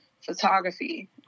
photography